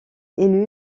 élu